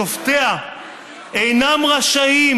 שופטיה אינם רשאים"